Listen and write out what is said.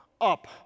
up